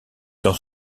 dans